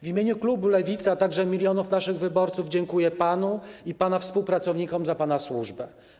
W imieniu klubu Lewica, a także milionów naszych wyborców, dziękuję panu i pana współpracownikom za służbę.